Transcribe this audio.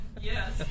Yes